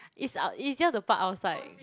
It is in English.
is ah easier to park outside